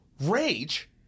Rage